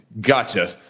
gotcha